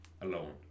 alone